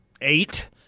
eight